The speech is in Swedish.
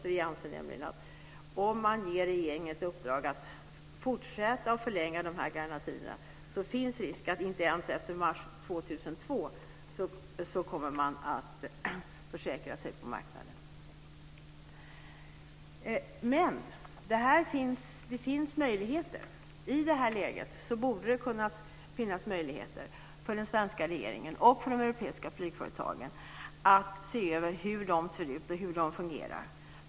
Vi anser nämligen att om man ger regeringen ett uppdrag att fortsätta att förlänga de här garantierna finns det en risk att man inte ens efter mars 2002 kommer att försäkra sig på marknaden. Men det finns möjligheter. I det här läget borde det kunna finnas möjligheter för den svenska regeringen och för de europeiska flygföretagen att se över hur de ser ut och hur de fungerar.